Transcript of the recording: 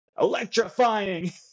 electrifying